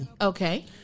Okay